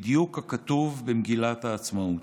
בדיוק ככתוב במגילת העצמאות.